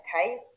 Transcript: okay